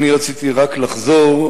אני רציתי רק לחזור,